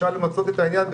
אפשר למצות את העניין.